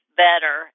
better